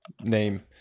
name